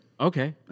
Okay